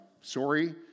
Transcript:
sorry